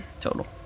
total